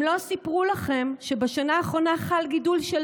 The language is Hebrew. הם לא סיפרו לכם שבשנה האחרונה חל גידול של